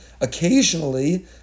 occasionally